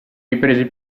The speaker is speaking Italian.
riprese